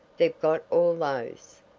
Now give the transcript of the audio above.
they've got all those!